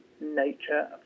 nature